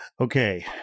Okay